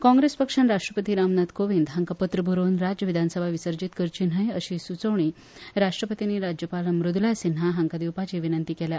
काँग्रेस पक्षान राष्ट्रपती रामनाथ कोविंद हांकां पत्र बरोवन राज्य विधानसभा बरखास्त करची न्हय अशी सूचोवणी राष्ट्रपतींनी राज्यपाल मृद्रला सिन्हा हांकां दिवपाची विनंती केल्या